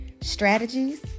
strategies